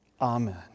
Amen